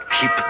keep